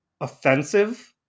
offensive